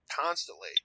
constantly